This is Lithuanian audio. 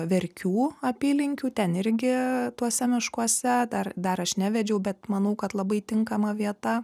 verkių apylinkių ten irgi tuose miškuose dar dar aš nevedžiau bet manau kad labai tinkama vieta